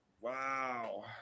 Wow